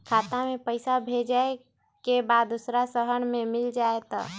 खाता के पईसा भेजेए के बा दुसर शहर में मिल जाए त?